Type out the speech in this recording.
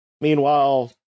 Meanwhile